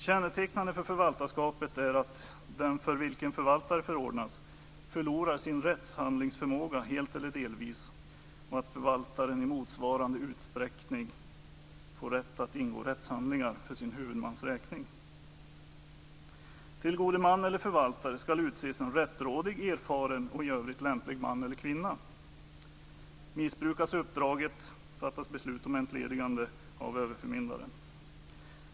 Kännetecknande för förvaltarskapet är att den för vilken förvaltare förordnas förlorar sin rättshandlingsförmåga helt eller delvis och att förvaltaren i motsvarande utsträckning får rätt att ingå rättshandlingar för sin huvudmans räkning. Till god man eller förvaltare skall utses en rättrådig, erfaren och i övrigt lämplig man eller kvinna. Missbrukas uppdraget fattas beslut om entledigande av överförmyndaren.